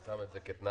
הוא שם את זה כתנאי.